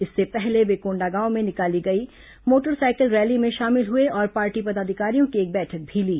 इससे पहले वे कोंडागांव में निकाली गई मोटरसाइकिल रैली में शामिल हुए और पार्टी पदाधिकारियों की एक बैठक भी ली